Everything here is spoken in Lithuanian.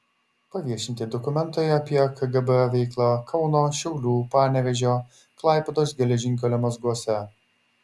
paviešinti dokumentai apie kgb veiklą kauno šiaulių panevėžio klaipėdos geležinkelio mazguose